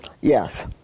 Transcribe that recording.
Yes